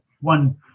one